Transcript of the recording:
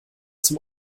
zum